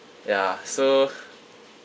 ya so